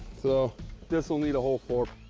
so this will need a whole floor.